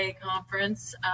conference